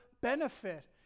benefit